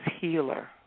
healer